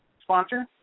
sponsor